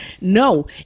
No